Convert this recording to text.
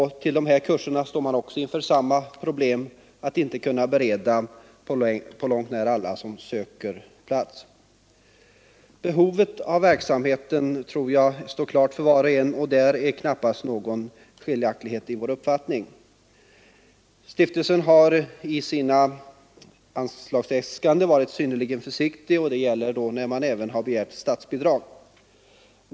Beträffande dessa kurser möter man samma problem, nämligen att inte på långt när kunna bereda alla sökande plats. Behovet av verksamheten torde stå klart för var och en, och i det fallet råder knappast några skilda uppfattningar. Stiftelsen har i sina anslagsäskanden varit synnerligen försiktig. Det gäller även begäran om statsbidrag.